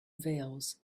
veils